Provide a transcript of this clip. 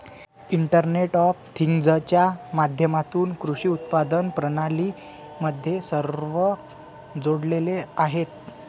internet of थिंग्जच्या माध्यमातून कृषी उत्पादन प्रणाली मध्ये सर्व जोडलेले आहेत